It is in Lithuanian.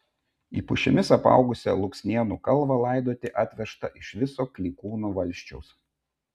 į pušimis apaugusią luksnėnų kalvą laidoti atveža iš viso klykūnų valsčiaus